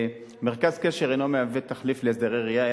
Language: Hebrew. מרכז קשר אינו מהווה תחליף להסדרי ראייה,